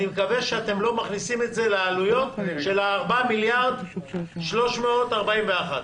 אני מקווה שאתם לא מכניסים את זה לעלויות של ה-4.341 מיליארד.